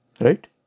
Right